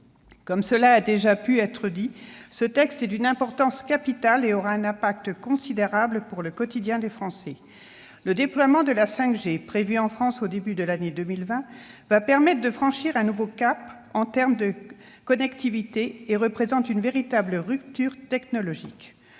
Comme cela a déjà été dit, ce texte est d'une importance capitale et aura un impact considérable sur le quotidien des Français. Le déploiement de la 5G, prévu en France au début de l'année 2020 et qui permettra de franchir un nouveau cap en termes de connectivité, représente une véritable rupture technologique.